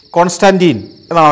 Constantine